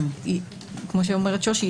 כמו שאומרת שושי,